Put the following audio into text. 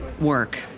work